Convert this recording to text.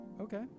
Okay